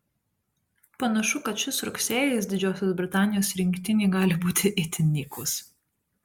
panašu kad šis rugsėjis didžiosios britanijos rinktinei gali būti itin nykus